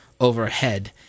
Overhead